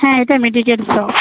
হ্যাঁ এটা medical shop